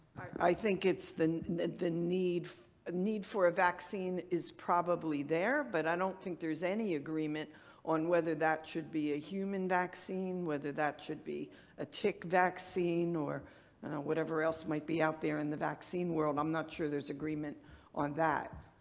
i think it's the need for. the need ah need for a vaccine is probably there, but i don't think there's any agreement on whether that should be a human vaccine, whether that should be a tick vaccine, or whatever else might be out there in the vaccine world. i'm not sure there's agreement on that,